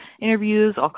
interviews